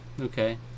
Okay